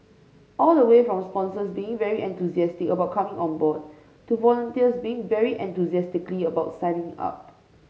all the way from sponsors being very enthusiastic about coming on board to volunteers being very enthusiastically about signing up